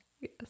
Yes